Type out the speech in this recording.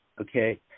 okay